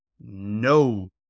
no